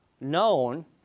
known